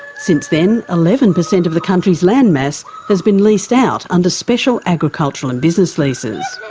since then, eleven per cent of the country's land mass has been leased out under special agriculture and business leases.